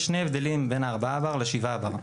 יש שני הבדלים בין ה-4 בר ל-7 בר.